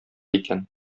икән